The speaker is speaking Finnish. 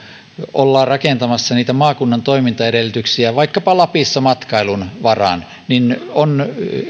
ollaan rakentamassa niitä maakunnan toimintaedellytyksiä vaikkapa lapissa matkailun varaan niin on